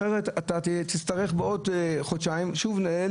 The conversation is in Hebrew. אחרת, אתה תצטרך בעוד חודשיים שוב לנהל